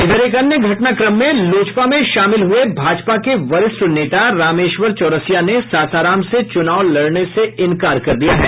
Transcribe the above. इधर एक अन्य घटनाक्रम में लोजपा में शामिल हुये भाजपा के वरिष्ठ नेता रामेश्वर चौरसिया ने सासाराम से चुनाव लड़ने से इंकार कर दिया है